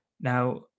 Now